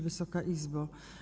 Wysoka Izbo!